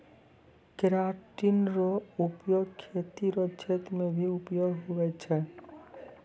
keratin रो प्रयोग खेती रो क्षेत्र मे भी उपयोग हुवै छै